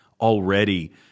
already